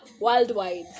worldwide